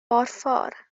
borffor